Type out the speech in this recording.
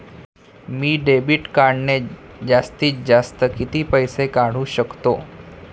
मी debit कार्डने जास्तीत जास्त किती पैसे काढू शकतो?